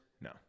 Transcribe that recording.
No